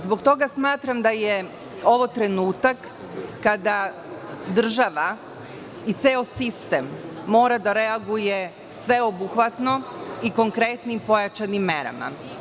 Zbog toga smatram da je ovo trenutak kada država i ceo sistem mora da reaguje sveobuhvatno i konkretnim pojačanim merama.